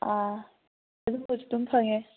ꯑꯗꯨꯒꯨꯝꯕꯁꯨ ꯑꯗꯨꯝ ꯐꯪꯉꯦ